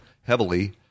heavily